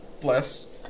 bless